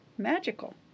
magical